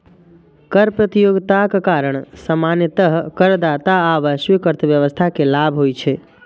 कर प्रतियोगिताक कारण सामान्यतः करदाता आ वैश्विक अर्थव्यवस्था कें लाभ होइ छै